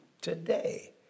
today